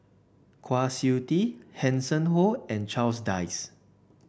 Kwa Siew Tee Hanson Ho and Charles Dyce